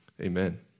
amen